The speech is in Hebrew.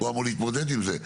הוא אמור להתמודד עם זה.